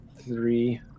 three